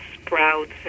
sprouts